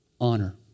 Honor